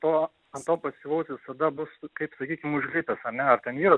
to to pasyvaus visada bus kaip sakykim užlipęs ar ne ar ten vyras